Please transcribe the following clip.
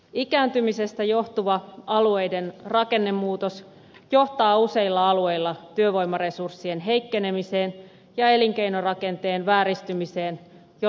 ikääntymisestä johtuva alueiden rakennemuutos johtaa useilla alueilla työvoimaresurssien heikkenemiseen ja elinkeinorakenteen vääristymiseen jo lähivuosina